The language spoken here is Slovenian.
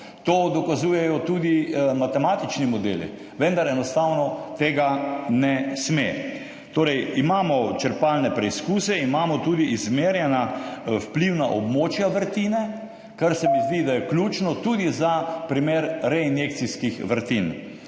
to dokazujejo tudi matematični modeli, vendar enostavno tega ne sme. Torej, imamo črpalne preizkuse, imamo tudi izmerjena vplivna območja vrtine, kar se mi zdi, da je ključno tudi za primer reinjekcijskih vrtin.